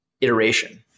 iteration